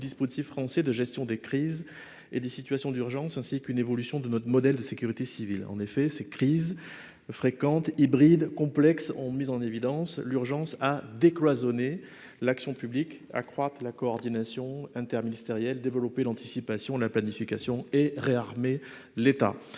dispositif français de gestion des crises et des situations d'urgence, ainsi que d'une évolution de notre modèle de sécurité civile. En effet, ces crises, fréquentes, hybrides et complexes, ont mis en évidence l'urgence, de décloisonner l'action publique, d'accroître la coordination interministérielle de développer l'anticipation et la planification et de réarmer l'État.